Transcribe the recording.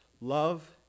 Love